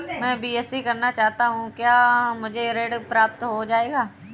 मैं बीएससी करना चाहता हूँ क्या मुझे ऋण प्राप्त हो जाएगा?